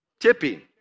Tipping